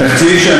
אל